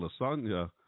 Lasagna